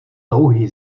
touhy